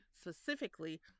specifically